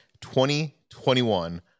2021